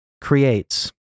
creates